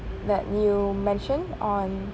that you mentioned on